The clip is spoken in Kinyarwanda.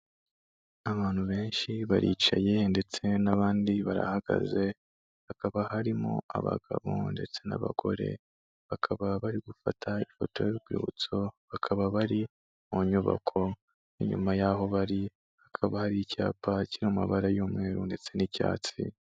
Abantu benshi baricaye ndetse n'abandi barahagaze, hakaba harimo abagabo ndetse n'abagore bakaba bari gufata ifoto y'urwibutso, bakaba bari mu nyubako, inyuma y'aho bari hakaba hari icyapa kiri mu mabara y'umweru ndetse n'icyatsi.